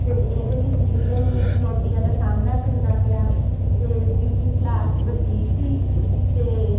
ਅਤੇ ਇਹਦੇ ਵਿੱਚ ਜਿਹੜੀਆਂ ਮੈਨੂੰ ਚੁਣੌਤੀਆਂ ਦਾ ਸਾਹਮਣਾ ਕਰਨਾ ਪਿਆ ਅਤੇ ਕਿਉਂਕਿ ਕਲਾਸ ਵੱਡੀ ਸੀ ਤਾਂ